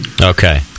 Okay